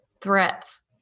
threats